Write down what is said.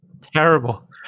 terrible